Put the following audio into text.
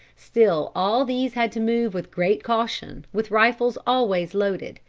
still all these had to move with great caution, with rifles always loaded,